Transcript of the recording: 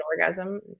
orgasm